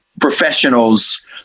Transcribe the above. professionals